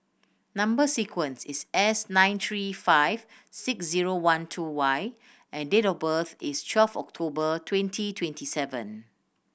number sequence is S nine three five six zero one two Y and date of birth is twelfth October twenty twenty seven